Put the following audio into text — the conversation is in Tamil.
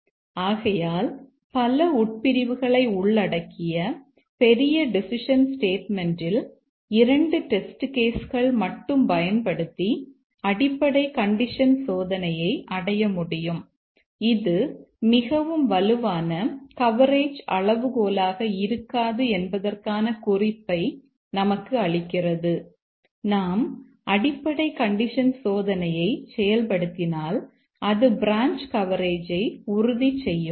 ஆகையால் பல உட்பிரிவுகளை உள்ளடக்கிய பெரிய டெசிஷன் ஸ்டேட்மெண்ட்யில் 2 டெஸ்ட் கேஸ் சோதனையை அடைய முடியும் இது மிகவும் வலுவான கவரேஜ் அளவுகோலாக இருக்காது என்பதற்கான குறிப்பை நமக்கு அளிக்கிறது நாம் அடிப்படை கண்டிஷன் சோதனையை செயல் படுத்தினால் அது பிரான்ச் கவரேஜ் உறுதி செய்யுமா